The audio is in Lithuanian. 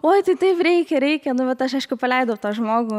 oi tai taip reikia reikia nu bet aš aišku paleidau tą žmogų